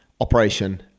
operation